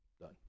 Done